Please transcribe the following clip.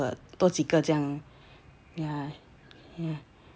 多几个这样